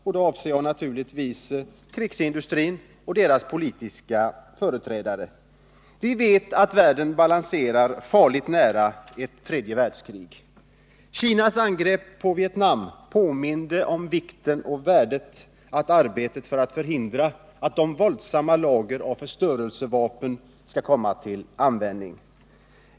Jag avser här naturligtvis krigsindustrin och dess politiska företrädare. É Vi vet att världen balanserar i farlig närhet av ett tredje världskrig. Kinas 123 angrepp på Vietnam påminde om vikten och värdet av att fortsätta arbetet för att förhindra att de våldsamma lagren av förstörelsevapen kommer till användning.